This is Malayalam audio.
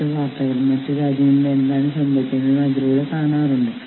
ഇതിനർത്ഥം ഈ താത്കാലിക തൊഴിലാളിയുടെ താൽപ്പര്യങ്ങൾ യൂണിയൻ നോക്കാം എന്നാണ്